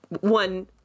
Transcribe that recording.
one